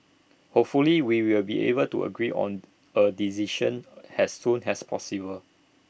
hopefully we will be able to agree on A decision has soon has possible